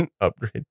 upgrade